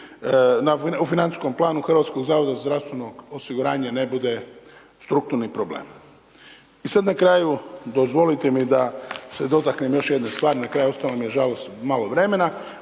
u financijskom planu HZZO-a, ne bude strukturni problem. I sad na kraju dozvolite mi da se dotaknem još jedne stvari, na kraju ostalo mi je nažalost malo vremena,